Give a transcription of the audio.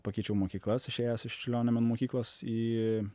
pakeičiau mokyklas išėjęs iš čiurlionio menų mokyklos į